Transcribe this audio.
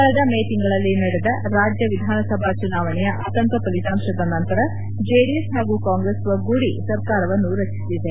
ಕಳಿದ May ತಿಂಗಳಲ್ಲಿ ನಡೆದ ರಾಜ್ಯ ವಿಧಾನಸಭಾ ಚುನಾವಣೆಯ ಅತಂತ್ರ ಫಲಿತಾಂಶದ ನಂತರ ಜೆಡಿಸ್ ಹಾಗೂ ಕಾಂಗ್ರೆಸ್ ಒಗ್ಗೂಡಿ ಸರ್ಕಾರವನ್ನು ರಚಿಸಿದೆ